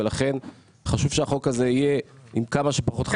ולכן חשוב שהחוק הזה יהיה עם כמה שפחות חסמים.